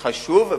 חשוב,